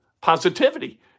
positivity